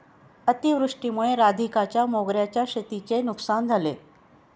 अतिवृष्टीमुळे राधिकाच्या मोगऱ्याच्या शेतीची नुकसान झाले